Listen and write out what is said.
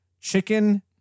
Chicken